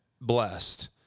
blessed